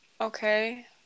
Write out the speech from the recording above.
Okay